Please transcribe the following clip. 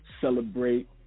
celebrate